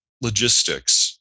logistics